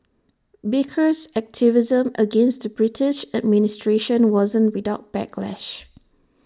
baker's activism against the British administration wasn't without backlash